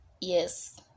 yes